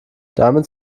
damit